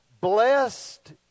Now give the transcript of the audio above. blessed